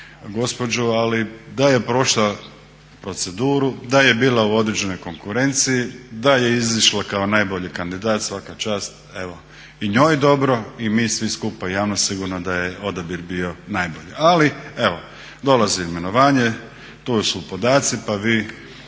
ali da je prošla proceduru, da je bila u određenoj konkurenciji, da je izišla kao najbolji kandidat svaka čast. Evo i njoj dobro i mi svi skupa javnost sigurno da je odabir bio najbolji. Ali evo, dolazi imenovanje. Tu su podaci pa vi